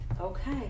okay